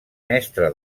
mestre